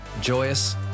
joyous